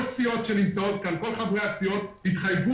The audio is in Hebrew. כל חברי הסיעות שנמצאים כאן התחייבו